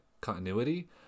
continuity